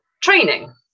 training